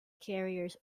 carriers